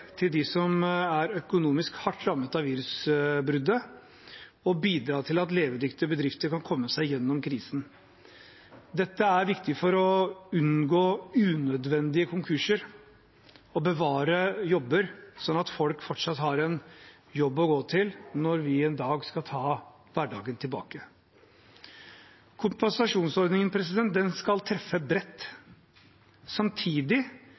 til dem som er økonomisk hardt rammet av virusutbruddet, og bidra til at levedyktige bedrifter kan komme seg gjennom krisen. Dette er viktig for å unngå unødvendige konkurser og å bevare jobber, slik at folk fortsatt har en jobb å gå til når vi en dag skal ta hverdagen tilbake. Kompensasjonsordningen skal treffe bredt. Samtidig